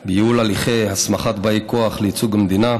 היא ייעול הליכי ההסמכה של באי כוח לייצוג המדינה.